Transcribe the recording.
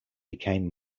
became